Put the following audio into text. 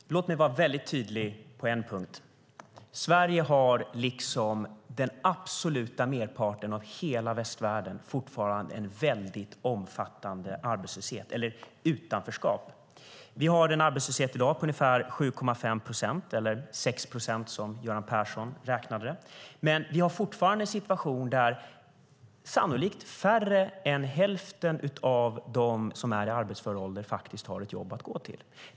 Fru talman! Låt mig vara väldigt tydlig på en punkt: Sverige har liksom den absoluta merparten av hela västvärlden fortfarande en väldigt omfattande arbetslöshet, eller ett utanförskap. Vi har i dag en arbetslöshet på ungefär 7,5 procent, eller 6 procent som Göran Persson räknade. Vi har dock fortfarande en situation där sannolikt färre än hälften av dem som är i arbetsför ålder faktiskt har ett jobb att gå till.